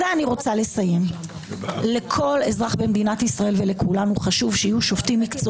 דרך אחת היא שאני אגיד לכל אחד: חבר'ה, שלוש דקות